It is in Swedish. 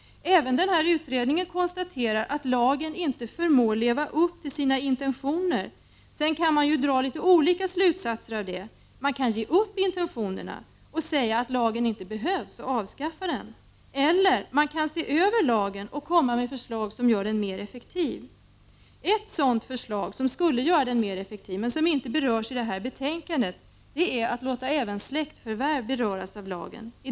Även i denna utredning konstateras att lagen inte förmått leva upp till sina intentioner. Det kan man sedan dra litet olika slutsatser av. Man kan ge upp intentionerna, säga att lagen inte behövs och avskaffa den. Eller också kan man se över lagen och lägga fram förslag som gör den mer effektiv. Ett förslag, som skulle göra den mer effektiv men som inte nämns i detta betänkande, är att låta även släktförvärv beröras av lagen.